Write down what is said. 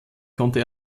konnte